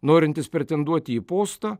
norintis pretenduoti į postą